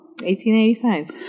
1885